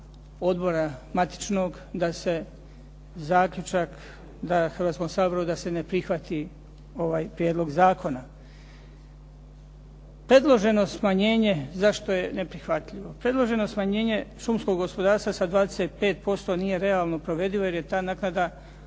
odbora matičnog da se zaključak da Hrvatskom saboru da se ne prihvati ovaj prijedlog zakona. Predloženo smanjenje, zašto je neprihvatljivo? Predloženo smanjenje šumskog gospodarstva sa 25% nije realno provedivo jer je ta naknada